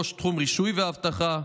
ראש תחום רישוי ואבטחה,